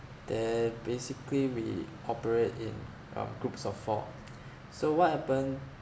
then basically we operate in um groups of four so what happen